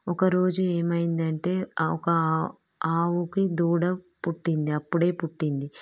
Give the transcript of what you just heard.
ఒక రోజు ఏమయిందంటే ఒక ఆవుకి దూడ పుట్టింది అప్పుడే పుట్టింది